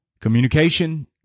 Communication